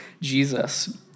Jesus